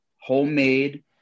homemade